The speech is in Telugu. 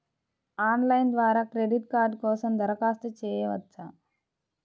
ఆన్లైన్ ద్వారా క్రెడిట్ కార్డ్ కోసం దరఖాస్తు చేయవచ్చా?